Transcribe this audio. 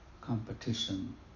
competition